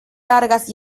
largas